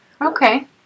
Okay